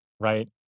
Right